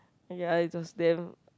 ya it was damn